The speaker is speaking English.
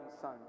Son